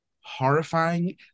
horrifying